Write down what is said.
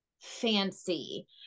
fancy